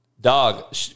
Dog